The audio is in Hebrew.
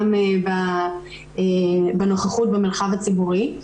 גם בנוכחות במרחב הציבורי.